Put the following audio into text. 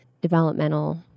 developmental